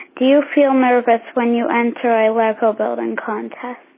do you feel nervous when you enter a level voting contests?